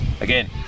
Again